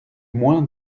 moins